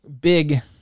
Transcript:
big